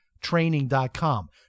Training.com